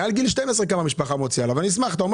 אתה היית מאוד נחרץ,